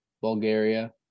Bulgaria